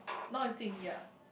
now is Jing-Yi ah